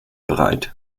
bereit